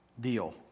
deal